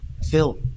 Phil